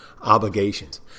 obligations